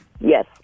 Yes